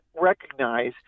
recognize